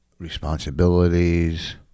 Responsibilities